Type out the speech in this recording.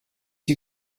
you